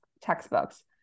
textbooks